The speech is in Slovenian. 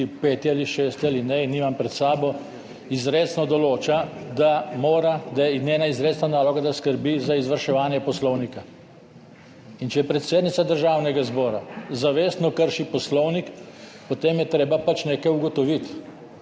peti ali šesti alineji, nimam pred sabo, izrecno določa, da je njena izrecna naloga, da skrbi za izvrševanje poslovnika. In če predsednica Državnega zbora zavestno krši poslovnik, potem je treba pač nekaj ugotoviti